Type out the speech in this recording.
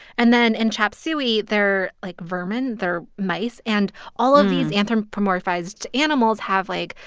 and then in chop suey they're, like, vermin they're mice. and all of these anthropomorphized animals have, like,